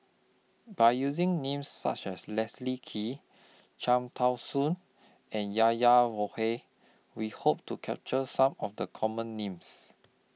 By using Names such as Leslie Kee Cham Tao Soon and Yahya We Hope to capture Some of The Common Names